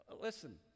Listen